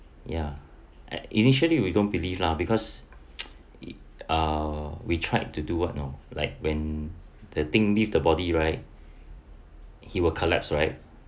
ya at initially we don't believe lah because uh we tried to do what you know like when the thing leave body right he will collapse right